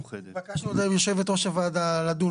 תבקשנו על ידי יושבת ראש הוועדה לדון